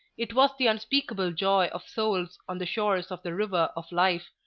it was the unspeakable joy of souls on the shores of the river of life,